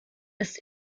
ist